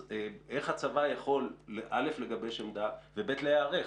אז איך הצבא יכול לגבש עמדה ולהיערך,